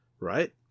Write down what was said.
right